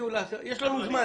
יש לנו זמן.